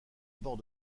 bord